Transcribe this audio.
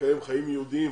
לקיים חיים יהודיים,